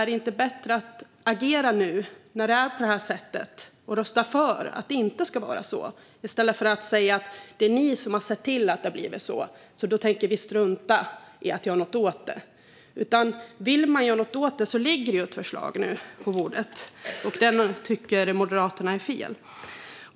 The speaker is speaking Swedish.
Är det inte bättre att agera nu när det är på detta sätt och rösta för att det inte ska vara så, i stället för att säga: Det är ni som har sett till att det har blivit så, och då tänker vi strunta i att göra någonting åt det? Vill man göra någonting åt detta finns det ett förslag på bordet nu, om man tycker att detta är fel.